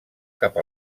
cap